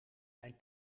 mijn